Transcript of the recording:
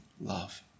love